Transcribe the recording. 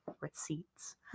receipts